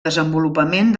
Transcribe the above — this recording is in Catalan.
desenvolupament